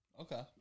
Okay